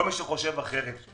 כל מי שחושב אחרת,